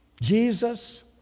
Jesus